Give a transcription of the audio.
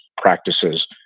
practices